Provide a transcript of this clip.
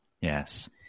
Yes